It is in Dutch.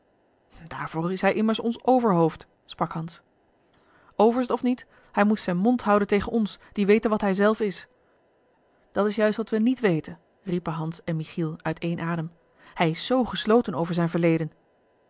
daarvoor is hij immers ons overhoofd sprak hans overste of niet hij moest zijn mond houden tegen ons die weten wat hij zelf is dat's juist wat we niet weten riepen hans en michiel uit één adem hij is z gesloten over zijn verleden